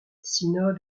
synode